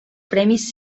premis